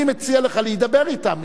אני מציע לך להידבר אתם.